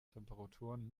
temperaturen